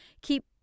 keep